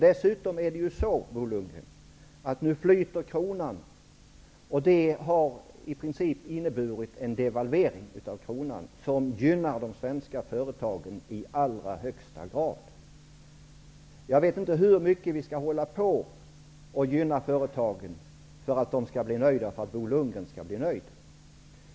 Dessutom, Bo Lundgren, flyter kronan nu. Det innebär i princip en devalvering av kronan, vilket i allra högsta grad gynnar de svenska företagen. Jag vet inte hur mycket vi skall hålla på och gynna företagen för att de och Bo Lundgren skall bli nöjda.